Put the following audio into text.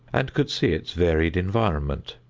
and could see its varied environment.